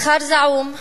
שכר זעום.